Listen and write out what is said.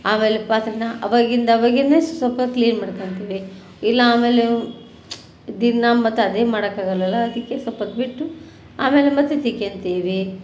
ಆಮೇಲೆ ಪಾತ್ರೇನ ಅವಾಗಿಂದು ಅವಾಗೇನೆ ಸ್ವಲ್ಸ್ವಲ್ಪ ಕ್ಲೀನ್ ಮಾಡ್ಕೊಳ್ತೀವಿ ಇಲ್ಲ ಆಮೇಲೂ ದಿನಾ ಮತ್ತು ಅದೇ ಮಾಡೋಕ್ಕಾಗೋಲ್ಲಲ್ಲ ಅದಕ್ಕೆ ಸ್ವಲ್ಪೊತ್ತು ಬಿಟ್ಟು ಆಮೇಲೆ ಮತ್ತೆ ತಿಳ್ಕೊಳ್ತೀವಿ